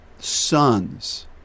sons